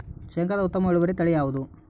ಶೇಂಗಾದ ಉತ್ತಮ ಇಳುವರಿ ತಳಿ ಯಾವುದು?